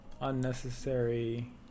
unnecessary